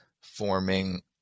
forming